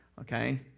okay